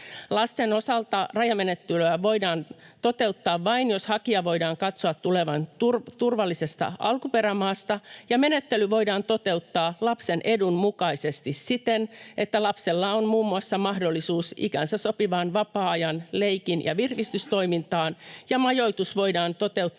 Lasten osalta rajamenettelyä voidaan toteuttaa vain, jos hakijan voidaan katsoa tulevan turvallisesta alkuperämaasta ja menettely voidaan toteuttaa lapsen edun mukaisesti siten, että lapsella on muun muassa mahdollisuus ikäänsä sopivaan vapaa-aika-, leikki- ja virkistystoimintaan ja majoitus voidaan toteuttaa